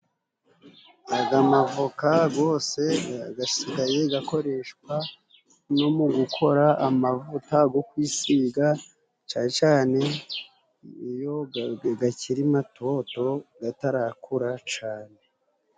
Aga mavoka gose gasigaye gakoreshwa no mu gukora amavuta go kwisiga cane cane iyo gakiri matoto gatarakura cane.